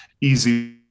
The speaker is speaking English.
easy